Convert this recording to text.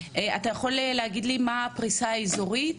אתה יכול להגיד לי מהי הפריסה האזורית,